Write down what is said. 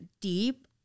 deep